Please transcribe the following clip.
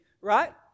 right